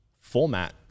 format